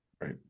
right